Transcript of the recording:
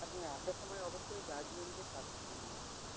আর হ্যাঁ আসার সময় অবশ্যই গার্জিয়ানকে সাথে করে নিয়ে আসবে